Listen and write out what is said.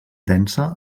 densa